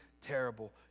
terrible